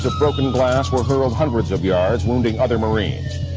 ah broken glass were hurled hundreds of yards, wounding other marines.